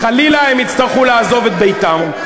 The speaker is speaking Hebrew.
חלילה הם יצטרכו לעזוב את ביתם.